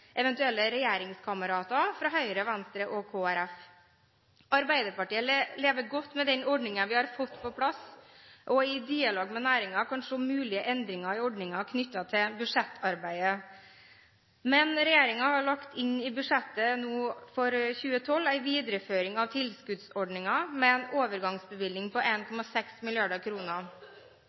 eventuelle regjeringskamerater fra Høyre, Venstre og Kristelig Folkeparti. Arbeiderpartiet lever godt med den ordningen vi har fått på plass, og i dialog med næringen kan vi se mulige endringer i ordningen knyttet til budsjettarbeidet. Men regjeringen har lagt inn i budsjettet nå for 2012 en videreføring av tilskuddsordningen med en overgangsbevilgning på